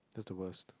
that's the worst